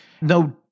No